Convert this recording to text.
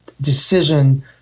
decision